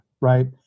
right